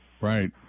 Right